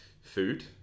food